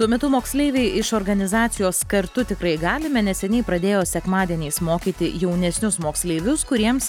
tuo metu moksleiviai iš organizacijos kartu tikrai galime neseniai pradėjo sekmadieniais mokyti jaunesnius moksleivius kuriems